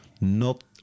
not-